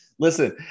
Listen